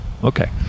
Okay